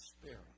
spirit